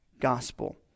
gospel